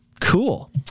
Cool